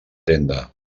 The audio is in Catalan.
tenda